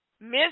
Miss